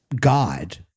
God